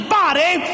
body